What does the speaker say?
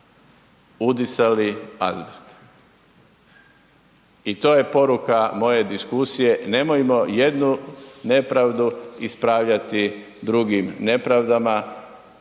udisali azbest. I to je poruke moje diskusije, nemojmo jednu nepravdu ispravljati drugim nepravdama,